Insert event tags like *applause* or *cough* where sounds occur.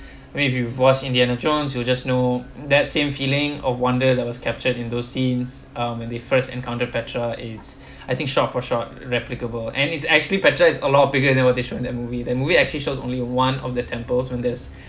*breath* where you’ve watched indiana jones you just know that same feeling of wonder that was captured in those scenes uh when they first encounter petra it's *breath* I think shot for shot replicable and it's actually petra is a lot bigger than what they showed in that movie that movie actually shows only one of the temples when there's *breath*